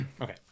okay